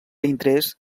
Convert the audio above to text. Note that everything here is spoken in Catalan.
interès